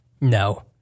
No